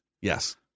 Yes